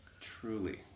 Truly